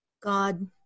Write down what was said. God